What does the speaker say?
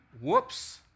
whoops